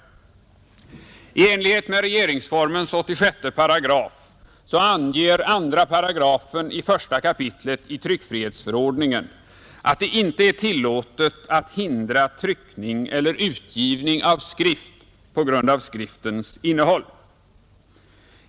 I enlighet med regeringsformens 86 § anges i I kap. 2 § andra stycket i tryckfrihetsförordningen att det inte är tillåtet att hindra tryckning eller utgivning av skrift på grund av skriftens innehåll.